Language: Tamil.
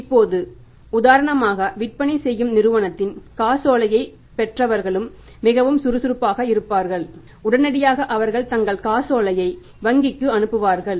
இப்போது உதாரணமாக விற்பனை செய்யும் நிறுவனத்தின் காசோலையைப் பெற்றவர்களும் மிகவும் சுறுசுறுப்பாக இருக்கிறார்கள் உடனடியாக அவர்கள் தங்கள் காசோலையை வங்கிக்கு அனுப்புகிறார்கள்